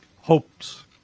hopes